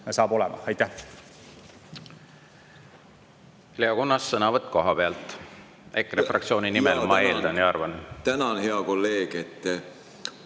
saab olema. Aitäh!